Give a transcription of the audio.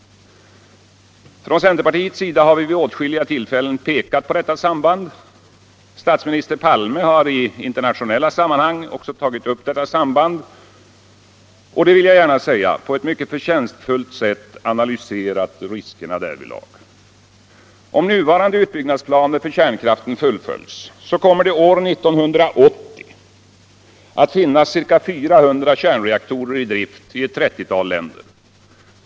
Från centerpartiets sida har vi vid åtskilliga tillfällen pekat på det sambandet. Statsminister Palme har i internationella sammanhang också tagit upp detta samband och — det vill jag gärna säga — på ett mycket förtjänstfullt sätt analyserat riskerna därvidlag. Om nuvarande utbyggnadsplaner för kärnkraften fullföljs, kommer det år 1980 att finnas ca 400 kärnreaktorer i drift i ett 30-tal länder.